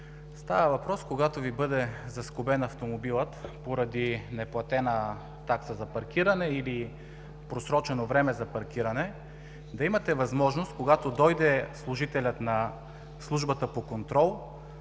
представители? Когато Ви бъде заскобен автомобилът, поради неплатена такса или просрочено време за паркиране, да имате възможност, когато дойде служителят на службата по контрол,